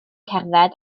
cerdded